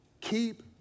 Keep